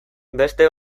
beste